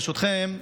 ברשותכם,